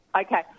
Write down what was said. Okay